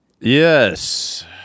Yes